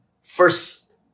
first